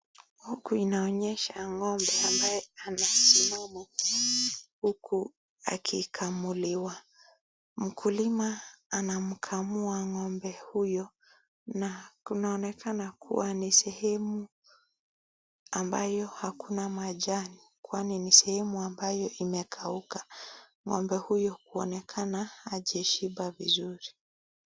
Huku inaonyesha ngo'ombe ambaye anasimama huku akikamuliwa, mkulima anamkamua ng'ombe huyo na inaonekana kuwa ni sehemu ambayo hakuna majani, kwani ni sehemu imekauka, ng'ombe huyo kuonekana hajashiba vizuri.